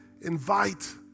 invite